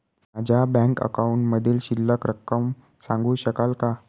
माझ्या बँक अकाउंटमधील शिल्लक रक्कम सांगू शकाल का?